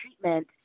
treatment